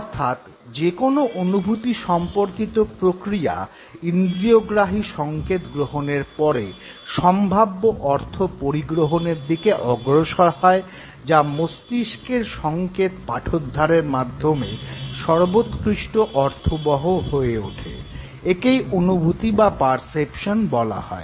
অর্থাৎ যে কোনো অনুভূতি সম্পর্কিত প্রক্রিয়া ইন্দ্রিয়গ্রাহী সঙ্কেত গ্রহণের পরে সম্ভাব্য অর্থ পরিগ্রহণের দিকে অগ্রসর হয় যা মস্তিষ্কের সঙ্কেত পাঠোদ্ধারের মাধ্যমে সর্বোৎকৃষ্ট অর্থবহ হয়ে ওঠে - একেই অনুভূতি বা পারসেপশন বলা হয়